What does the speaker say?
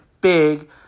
big